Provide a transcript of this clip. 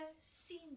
seen